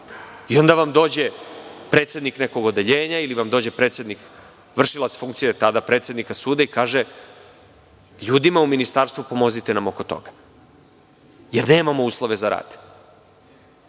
Onda vam dođe predsednik nekog odeljenja ili vršilac funkcije tada predsednika suda i kaže ljudima u ministarstvu – pomozite nam oko toga, jer nemamo uslove za rad.